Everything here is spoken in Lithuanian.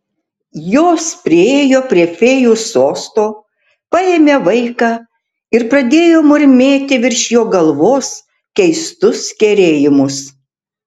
jos priėjo prie fėjų sosto paėmė vaiką ir pradėjo murmėti virš jo galvos keistus kerėjimus